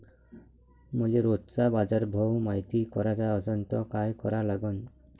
मले रोजचा बाजारभव मायती कराचा असन त काय करा लागन?